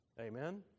Amen